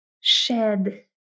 shed